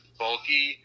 bulky